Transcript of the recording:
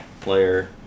player